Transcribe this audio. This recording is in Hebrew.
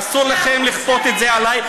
אסור לכם לכפות את זה עליי,